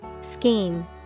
Scheme